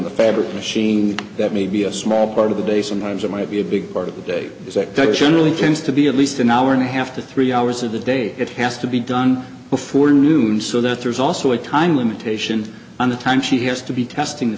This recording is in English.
the fabric machine that may be a small part of the day sometimes it might be a big part of the day is that they generally tends to be at least an hour and a half to three hours of the day it has to be done before noon so there's also a time limitation on the time she has to be testing the